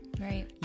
right